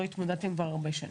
לא התמודדתם כבר הרבה שנים.